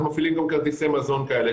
אנחנו מפעילים גם כרטיסי מזון כאלה.